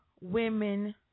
Women